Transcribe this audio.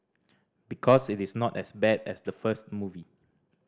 because it is not as bad as the first movie